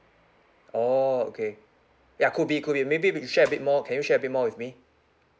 oh okay ya could be could be maybe if you could share a bit more can you share a bit more with me